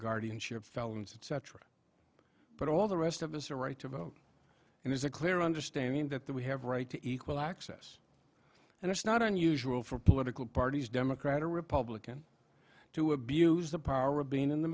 guardianship felons etc but all the rest of us are right to vote and there's a clear understanding that we have right to equal access and it's not unusual for political parties democrat or republican to abuse the power of being in the